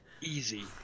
Easy